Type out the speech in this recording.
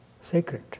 sacred